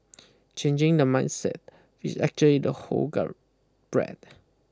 changing the mindset which actually the hall guard bred